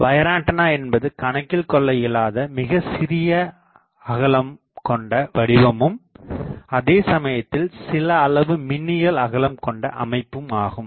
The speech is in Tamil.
வயர்ஆண்டனா என்பது கணக்கில் கொள்ளஇயலாத மிகசிறிய அகலம் கொண்ட வடிவமும் அதேசமயத்தில் சிலஅளவு மின்னியல் அகலம் கொண்ட அமைப்பும் ஆகும்